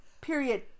Period